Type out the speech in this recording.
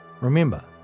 Remember